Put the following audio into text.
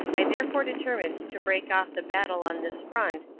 i therefore determined to break off the battle on this front,